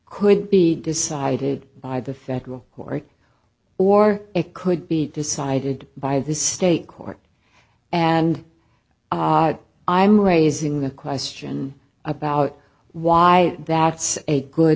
could be decided by the federal court or it could be decided by the state court and i'm raising the question about why that's a good